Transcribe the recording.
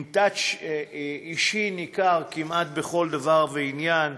עם touch אישי ניכר כמעט בכל דבר ועניין.